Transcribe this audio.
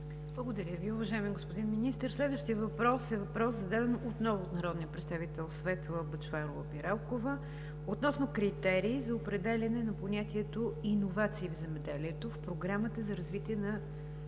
Благодаря Ви, уважаеми господин Министър. Следващият въпрос е зададен отново от народния представител Светла Бъчварова-Пиралкова относно критерии за определяне на понятието „иновации в земеделието“ в Програмата за развитие на